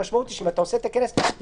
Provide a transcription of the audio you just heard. המשמעות היא שאם אתה עושה את הכנס לפי